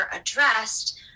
addressed